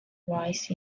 rice